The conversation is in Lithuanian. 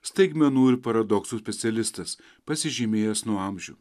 staigmenų ir paradoksų specialistas pasižymėjęs nuo amžių